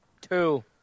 Two